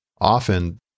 often